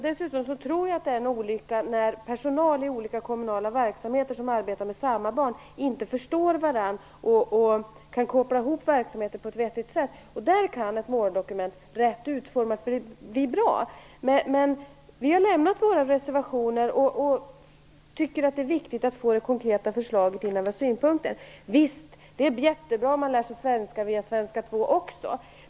Dessutom tror jag att det är olyckligt när personal som arbetar med samma barn i olika kommunala verksamheter inte förstår varandra och inte kan koppla ihop verksamheterna på ett vettigt sätt. I det fallet kan ett rätt utformat måldokument vara bra. Vi har avgett våra reservationer och tycker att det är viktigt att få det konkreta förslaget innan vi har några synpunkter. Visst är det jättebra om man lär sig svenska via svenska 2 också.